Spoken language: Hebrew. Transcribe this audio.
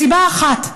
מסיבה אחת,